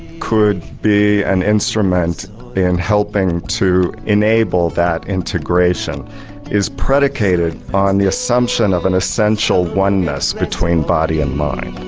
could be an instrument in helping to enable that integration is predicated on the assumption of an essential oneness between body and mind.